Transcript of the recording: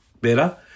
better